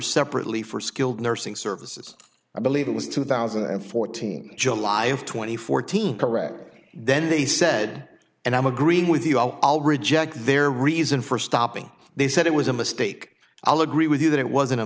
separately for skilled nursing services i believe it was two thousand and fourteen july of two thousand and fourteen correct then they said and i'm agreeing with you i'll reject their reason for stopping they said it was a mistake i'll agree with you that it wasn't a